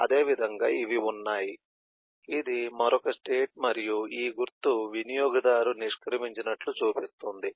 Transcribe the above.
అదేవిధంగా ఇవి ఉన్నాయి ఇది మరొక స్టేట్ మరియు ఈ గుర్తు వినియోగదారు నిష్క్రమించినట్లు చూపిస్తుంది